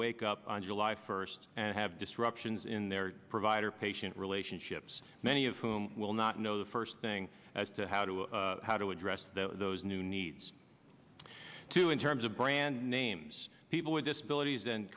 wake up on july first and have disruptions in their provider patient relationships many of whom will not know the first thing as to how to how to address the those new needs to in terms of brand names people with disabilities and